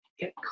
Get